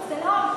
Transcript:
לא,